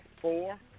four